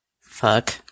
Fuck